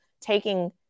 taking